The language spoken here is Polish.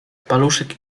paluszek